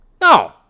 no